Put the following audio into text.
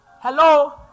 Hello